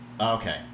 okay